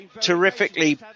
terrifically